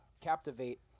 Captivate